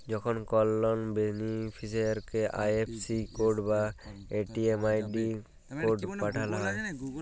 যখন কল লন বেনিফিসিরইকে আই.এফ.এস কড বা এম.এম.আই.ডি কড পাঠাল হ্যয়